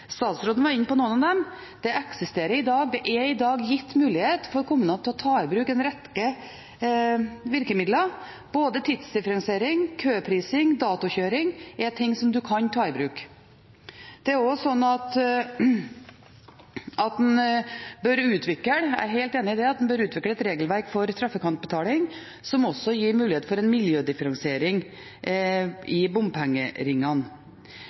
Statsråden var inne på noen av dem. Kommunene er i dag gitt mulighet til å ta i bruk en rekke virkemidler – både tidsdifferensiering, køprising og datokjøring er ting man kan ta i bruk. Det er også slik – det er jeg helt enig i – at man bør utvikle et regelverk for trafikantbetaling som også gir mulighet for en miljødifferensiering i bompengeringene.